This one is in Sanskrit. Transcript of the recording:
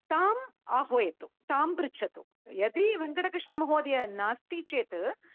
ताम् आह्वयतु तां पृच्छतु यदि वेङ्कटकृष्णमहोदय नास्ति चेत्